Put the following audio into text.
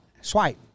swipe